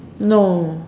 no